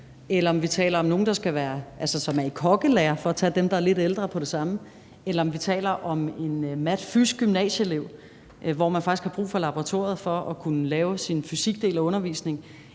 eller om vi taler om nogle, som er i kokkelære, for at tage dem, der er lidt ældre, eller om vi taler om en mat-fys-gymnasieelev, hvor man faktisk har brug for et laboratorie for at kunne have fysikundervisning,